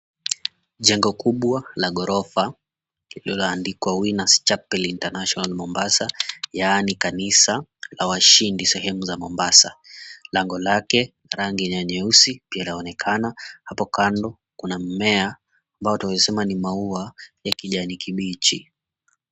Jengo kubwa la ghorofa lililoandikwa, "Winners Chapel International Mombasa" yaani kanisa la washindi sehemu za Mombasa. Lango lake rangi ya nyeusi inaonekana. Hapo kando kuna mmea ambao tunaeza sema ni maua ya kijani kibichi.